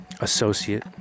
associate